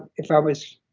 if i was